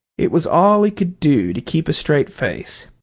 it was all he could do to keep a straight face.